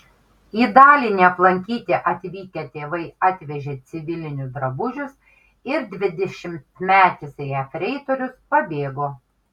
į dalinį aplankyti atvykę tėvai atvežė civilinius drabužius ir dvidešimtmetis jefreitorius pabėgo